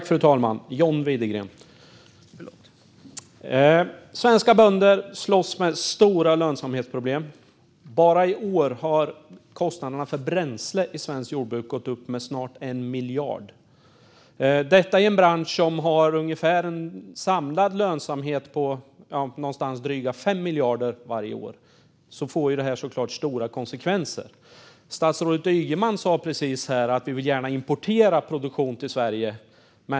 Fru talman! Svenska bönder slåss mot stora lönsamhetsproblem. Bara i år har kostnaderna för bränsle i svenskt jordbruk gått upp med snart 1 miljard. I en bransch som har en samlad lönsamhet på drygt 5 miljarder varje år får detta såklart stora konsekvenser. Statsrådet Ygeman sa precis att man gärna vill importera produktion till Sverige.